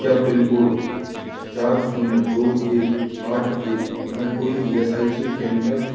क्या pin code चार शून्य दो एक आठ एक में कोई ई एस आई सी केंद्र हैं